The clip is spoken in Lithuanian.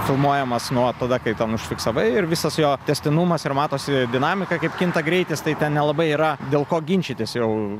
filmuojamas nuo tada kai ten užfiksavai ir visas jo tęstinumas ir matosi dinamika kaip kinta greitis tai ten nelabai yra dėl ko ginčytis jau